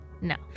no